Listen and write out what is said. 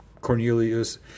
Cornelius